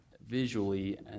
visually